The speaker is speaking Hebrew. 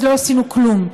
אז לא עשינו כלום.